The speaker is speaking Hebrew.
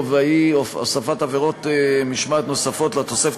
הוספת עבירות משמעת נוספות לתוספות